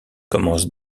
commence